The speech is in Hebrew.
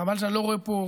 חבל שאני לא רואה פה,